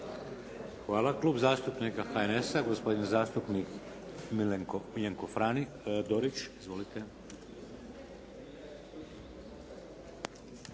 Hvala. Klub zastupnika HNS-a, gospodin zastupnik Miljenko Dorić. Izvolite.